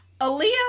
Aaliyah